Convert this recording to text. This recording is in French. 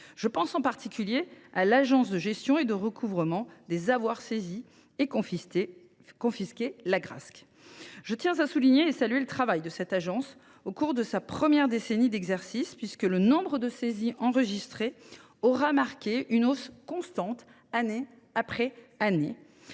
Je pense, en particulier, à l’Agence de gestion et de recouvrement des avoirs saisis et confisqués. Je tiens à souligner et à saluer le travail de cette agence au cours de sa première décennie d’exercice, puisque le nombre de saisies enregistrées a constamment augmenté, année après année.